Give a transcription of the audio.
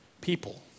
people